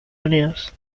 unidos